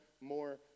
more